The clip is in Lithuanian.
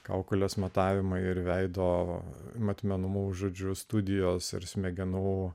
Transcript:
kaukolės matavimai ir veido matmenų žodžiu studijos ir smegenų